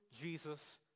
Jesus